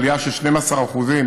עלייה של 12% אחוזים,